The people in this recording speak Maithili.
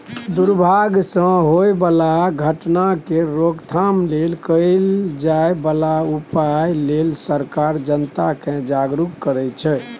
दुर्भाग सँ होए बला घटना केर रोकथाम लेल कएल जाए बला उपाए लेल सरकार जनता केँ जागरुक करै छै